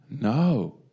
No